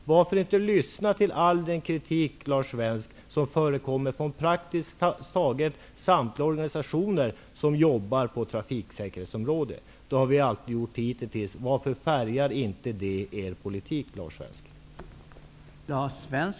Varför inte lyssna till all den kritik, Lars Svensk, som förekommer från praktiskt taget samtliga organisationer som arbetar på trafiksäkerhetsområdet? Det har vi alltid gjort hitintills. Varför färgar inte detta er politik, Lars